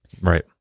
Right